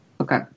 Okay